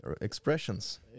Expressions